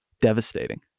devastating